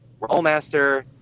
Rollmaster